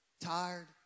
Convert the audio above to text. Tired